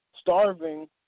starving